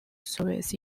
service